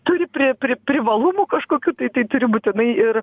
turi pri pri privalumų kažkokių tai turi būtinai ir